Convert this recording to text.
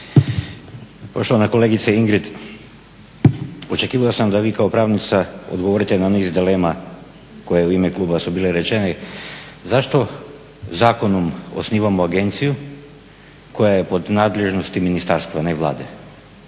Poštovana kolegice Ingrid očekivao sam da vi kao pravnica odgovorite na niz dilema koje u ime kluba su bile rečene. Zašto zakonom osnivamo agenciju koja je pod nadležnosti ministarstva, a ne Vlade?